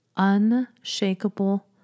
unshakable